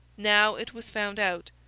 now it was found out.